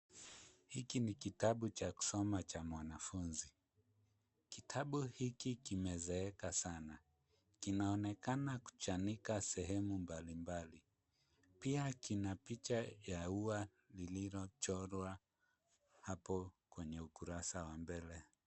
Hiki ni kitabu cha kusoma cha mwanafunzi. Kitabu hiki kimezeeka sana. Kinaonekana kuchanika sehemu mbalimbali. Pia kina picha ya ua iliyochorwa hapo kwenye ukurasa wa mbele.